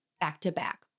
back-to-back